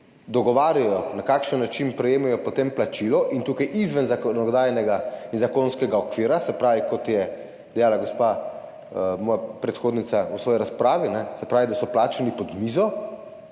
dogovarjajo, na kakšen način prejemajo potem plačilo in to izven zakonodajnega in zakonskega okvira, se pravi, kot je dejala gospa, moja predhodnica, v svoji razpravi, so plačani pod mizo,